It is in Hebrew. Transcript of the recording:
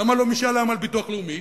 למה לא משאל עם על ביטוח לאומי?